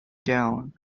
down